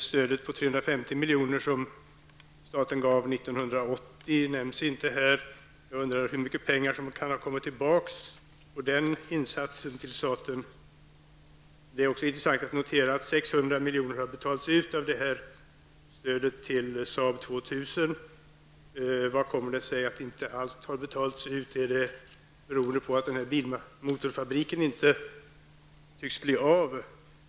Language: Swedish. Det stöd på 350 milj.kr. som staten gav 1980 nämns inte i svaret. Jag undrar hur mycket av den insatsen som kan ha kommit tillbaka till staten. Det är också intressant att notera att 600 milj.kr. av stödet till Saab 2000 har betalats ut. Hur kommer det sig att inte hela stödet har utbetalats? Beror det på att bensinmotorfabriken inte tycks bli av?